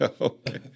Okay